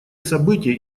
события